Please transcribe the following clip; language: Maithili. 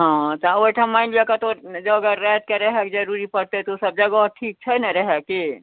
हँ तऽ ओहिठाम मानि लिअ कतौ जगह रातिके रहयके जरूरी पड़तै तऽ ओ सब जगह ठीक छै ने रहे के